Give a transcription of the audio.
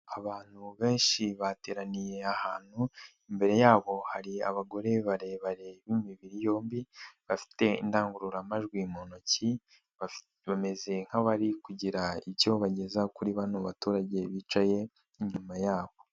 Abantu benshi bateraniye ahantu, imbere yabo hari abagore barebare b'imibiri yombi bafite indangururamajwi mu ntoki bameze nk'abari kugira icyo bageza kuri bano baturage bicaye inyuma yabo.